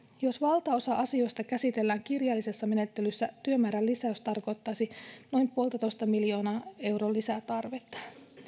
jos valtaosa asioista käsitellään kirjallisessa menettelyssä työmäärän lisäys tarkoittaisi noin puolentoista miljoonan euron lisätarvetta